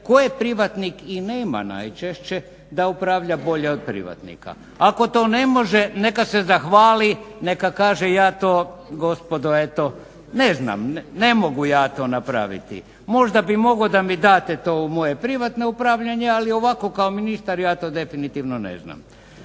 koje privatnik i nema najčešće da upravlja bolje od privatnika. Ako to ne može neka se zahvali, neka kaže ja to gospodo eto ne znam, ne mogu ja to napraviti. Možda bih i mogao da mi date to u moje privatno upravljanje, ali ovako kao ministar ja to definitivno ne znam.